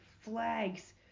flags